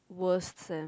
worst sem